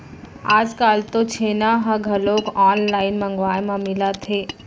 आजकाल तो छेना ह घलोक ऑनलाइन मंगवाए म मिलत हे